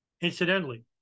Incidentally